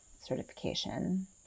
certification